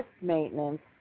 maintenance